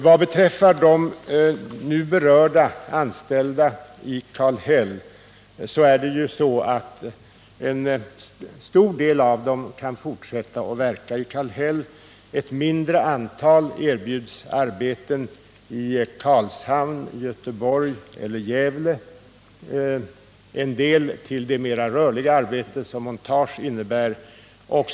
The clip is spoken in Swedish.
Vad beträffar de nu berörda anställda i Kallhäll kan ju en stor del av dem fortsätta att verka där. Ett mindre antal erbjuds arbeten i Karlshamn, Göteborg eller Gävle. Några erbjuds den mera rörliga uppgift som montagearbete innebär.